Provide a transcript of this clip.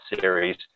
series